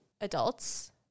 adults